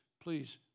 please